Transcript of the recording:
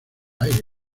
aire